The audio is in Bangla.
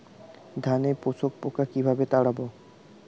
ধানে শোষক পোকা কিভাবে তাড়াব?